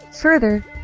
Further